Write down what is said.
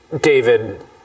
David